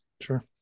sure